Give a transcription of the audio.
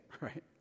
right